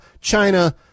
China